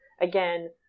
Again